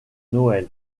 noël